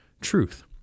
truth